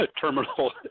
terminal